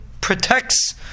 protects